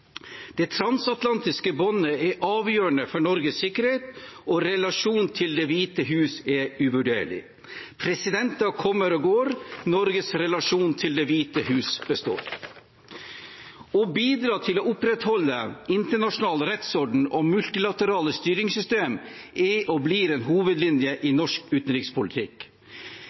Det transatlantiske båndet er avgjørende for Norges sikkerhet, og relasjonen til Det hvite hus er uvurderlig. Presidenter kommer og går, Norges relasjon til Det hvite hus består. Å bidra til å opprettholde internasjonal rettsorden og multilaterale styringssystemer er og blir en hovedlinje i norsk utenrikspolitikk.